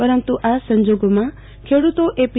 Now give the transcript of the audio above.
પરંતુ આ સંજોગોમાં ખેડુતો એપી